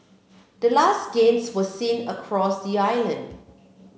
the last gains were seen across the island